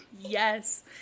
yes